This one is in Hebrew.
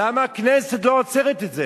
למה הכנסת לא עוצרת את זה?